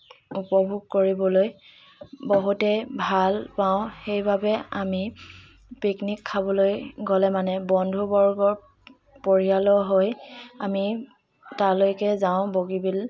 উপভোগ কৰিবলৈ বহুতেই ভাল পাওঁ সেইবাবে আমি পিকনিক খাবলৈ গ'লে মানে বন্ধুবৰ্গক পৰিয়ালৰ হৈ আমি তালৈকে যাওঁ বগীবিল